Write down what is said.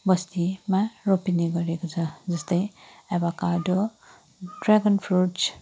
बस्तीमा रोपिने गरेको छ जस्तै एभाकार्डो ड्रेगन फ्रुट्स